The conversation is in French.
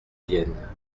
vienne